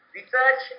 research